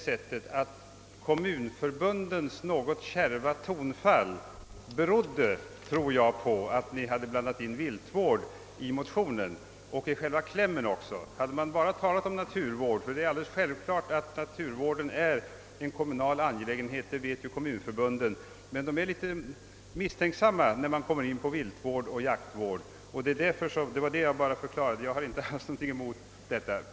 Jag tror, att kommunförbundens något kärva tonfall berodde på att ni hade blandat in viltvård i motionen och även i själva klämmen, Att naturvården är en kommunal angelägenhet vet ju kommunförbunden, men de blir litet misstänksamma när man börjar tala om viltvård och jaktvård.